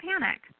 panic